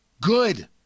Good